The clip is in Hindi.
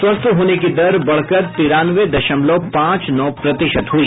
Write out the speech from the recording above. स्वस्थ होने की दर बढ़कर तिरानवे दशमलव पांच नौ प्रतिशत हुई